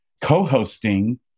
co-hosting